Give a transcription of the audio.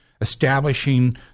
establishing